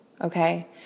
okay